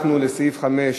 לסעיף 5,